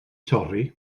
torri